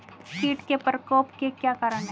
कीट के प्रकोप के क्या कारण हैं?